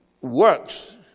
works